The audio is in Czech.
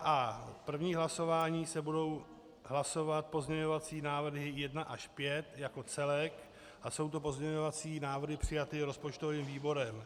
V prvním hlasování se budou hlasovat pozměňovací návrhy 1 až 5 jako celek a jsou to pozměňovací návrhy přijaté rozpočtovým výborem.